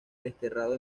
desterrado